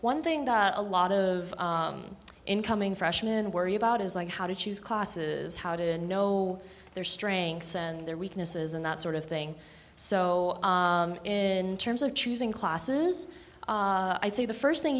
one thing that a lot of incoming freshmen worry about is like how to choose classes how to know their strengths and their weaknesses and that sort of thing so in terms of choosing classes i'd say the first thing